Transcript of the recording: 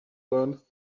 learned